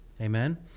Amen